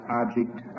object